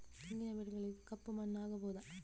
ತೆಂಗಿನ ಬೆಳೆಗೆ ಕಪ್ಪು ಮಣ್ಣು ಆಗ್ಬಹುದಾ?